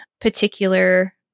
particular